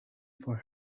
for